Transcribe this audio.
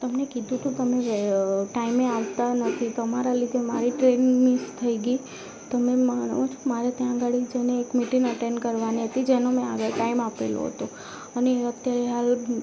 તમને કીધું તું તમે ટાઈમે આવતા નથી તમારા લીધે મારી ટ્રેઇન મિસ થઈ ગઈ તમે મારુ જ મારે ત્યાં આગળ જઈને એક મિટિંગ અટેન્ડ કરવાની હતી જેનો મે આગળ ટાઈમ આપેલો હતો અને અત્યારે હાલ